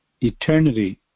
eternity